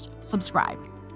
subscribe